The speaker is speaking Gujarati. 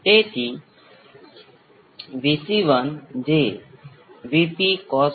તેથી હવે આપણે આ આખી વસ્તુને i L માટે અવેજી કરીશું